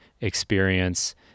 experience